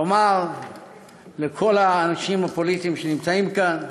לומר לכל האנשים הפוליטיים שנמצאים כאן: